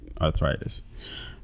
arthritis